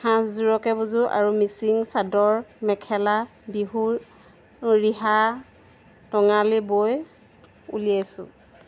সাজযোৰকে বুজোঁ আৰু মিচিং চাদৰ মেখেলা বিহুৰ ৰিহা টঙালি বৈ উলিয়াইছোঁ